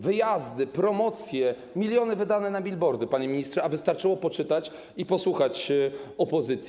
Wyjazdy, promocje, miliony wydane na billboardy, panie ministrze, a wystarczyło poczytać i posłuchać opozycji.